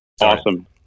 Awesome